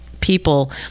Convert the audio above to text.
people